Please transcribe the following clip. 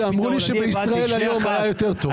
אמרו לי שב'ישראל היום' היה יותר טוב.